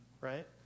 right